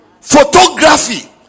photography